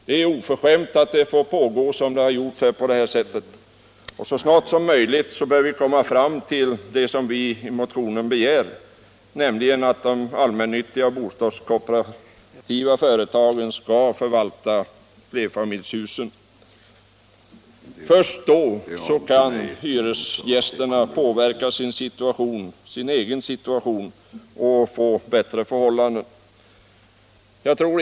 Det är oförskämt att det får pågå som det gjort hittills. Så snart som möjligt bör vi komma fram till det som vi begär i motionen, nämligen att de allmännyttiga och bostadskooperativa företagen förvaltar flerfamiljshusen. Först då kan hyresgästerna påverka sin egen situation och få bättre förhållanden. Herr talman!